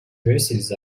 dresses